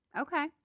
Okay